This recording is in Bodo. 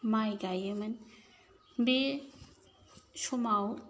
माइ गायोमोन बे समाव